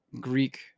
Greek